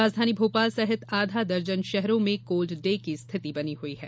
राजधानी भोपाल सहित आधा दर्जन शहरों में कोल्ड डे की स्थिति बनी हुई है